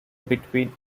between